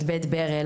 את בית ברל,